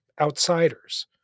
outsiders